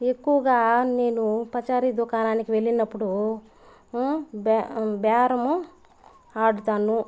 ఎక్కువుగా నేను పచారీ దుకాణానికి వెళ్ళినప్పుడు బే బేరము ఆడుతాను